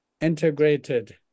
integrated